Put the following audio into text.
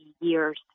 years